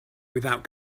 without